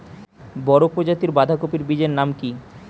বড় প্রজাতীর বাঁধাকপির বীজের নাম কি?